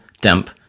damp